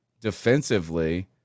defensively